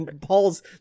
Paul's